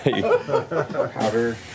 Powder